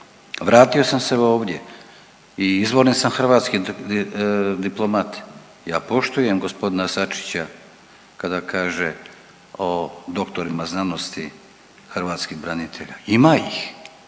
Vratio sam se ovdje i izvorni sam hrvatski diplomat. Ja poštujem g. Sačića kada kaže o doktorima znanosti hrvatskih branitelja. Ima ih,